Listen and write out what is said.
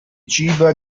ciba